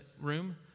room